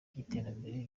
by’iterambere